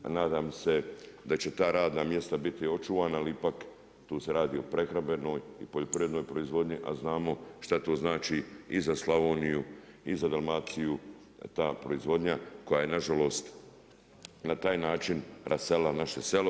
Nadam se da će ta radna mjesta biti očuvanja ali ipak tu se radi o prehrambenoj i poljoprivrednoj proizvodnji a znamo šta to znači i za Slavoniju, i za Dalmaciju ta proizvodnja koja je nažalost na taj način raselila naše selo.